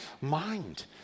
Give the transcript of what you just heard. mind